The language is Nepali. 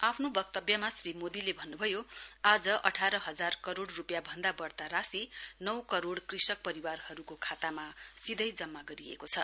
आफ्नो वक्तव्यमा श्री मोदीले भन्नुभयो आज अठार हजार करोड़ रुपियाँ भन्दा बढ्ता राशि नौं करोड़ कृषक परिवारहरूको खातामा सीधै जम्मा गरिएको छ